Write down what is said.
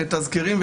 מתזכרים.